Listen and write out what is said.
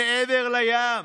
מעבר לים.